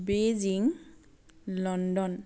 Beijing London